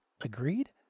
Agreed